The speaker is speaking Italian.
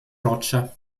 rocce